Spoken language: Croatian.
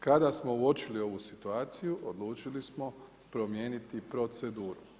Kada smo uočili ovu situaciju, odlučili smo promijeniti proceduru.